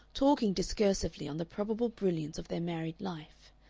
talking discursively on the probable brilliance of their married life.